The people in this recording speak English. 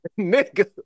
nigga